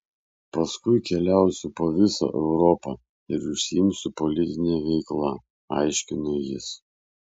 paskui keliausiu po vizą europą ir užsiimsiu politine veikla aiškino jis